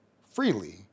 freely